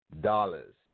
dollars